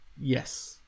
Yes